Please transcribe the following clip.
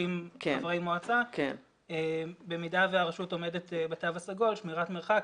חברי מועצה במידה והרשות עומדת בתו הסגול שמירת מרחק,